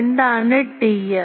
എന്താണ് ടിഎം